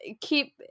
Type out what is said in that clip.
keep